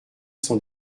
sont